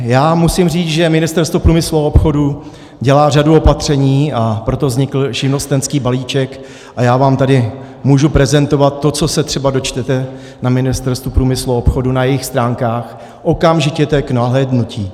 Já musím říct, že Ministerstvo průmyslu a obchodu dělá řadu opatření, a proto vznikl živnostenský balíček, a já vám tady můžu prezentovat to, co se třeba dočtete na Ministerstvu průmyslu a obchodu, na jejich stránkách, okamžitě to je k nahlédnutí.